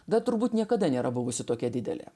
da turbūt niekada nėra buvusi tokia didelė